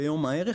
ביום הערך,